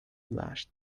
blushed